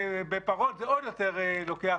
ובפרות זה לוקח עוד יותר זמן,